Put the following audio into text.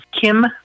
Kim